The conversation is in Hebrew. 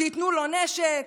שייתנו לו נשק.